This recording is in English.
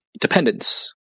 dependence